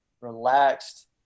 relaxed